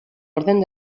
orden